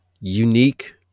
unique